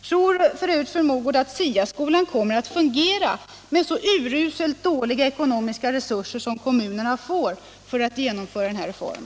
Tror f. ö. fru Mogård att SIA-skolan kommer att fungera med så urusla ekonomiska resurser som kommunerna får för att genomföra denna reform?